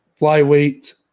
flyweight